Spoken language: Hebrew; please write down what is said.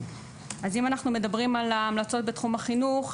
אז אם אנחנו מדברים על ההמלצות בתחום החינוך,